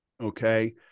Okay